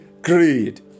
greed